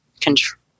control